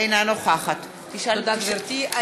אינה נוכחת תודה, גברתי.